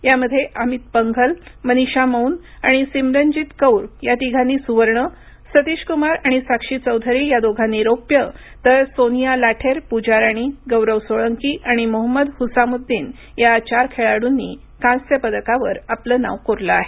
यामध्ये अमित पंघल मनीषा मौन आणि सीमरनजीत कौर या तिघांनी सुवर्ण सतीश कुमार आणि साक्षी चौधरी या दोघांनी रौप्य तर सोनिया लाठेर पूजा राणी गौरव सोळंकी आणि मोहम्मद हुसामुद्दीन या चार खेळाडूंनी कांस्य पदकांवर आपलं नाव कोरलं आहे